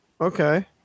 Okay